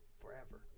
forever